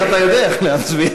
ההצעה להעביר